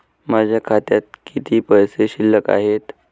माझ्या खात्यात किती पैसे शिल्लक आहेत?